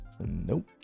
Nope